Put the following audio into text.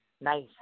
Nice